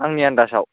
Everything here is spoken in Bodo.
आंनि आनदासाव